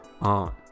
on